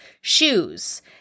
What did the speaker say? shoes